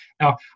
Now